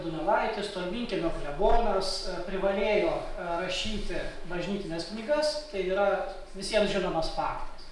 donelaitis tolminkiemio klebonas privalėjo rašyti bažnytines knygas tai yra visiem žinomas faktas